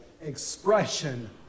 expression